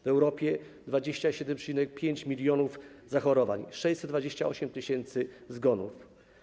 W Europie 27,5 mln zachorowań, 628 tys. zgonów.